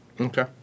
Okay